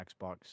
Xbox